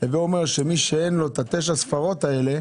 הווה אומר שמי שאין לו את תשע הספרות האלה,